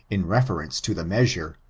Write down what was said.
in reference to the measure,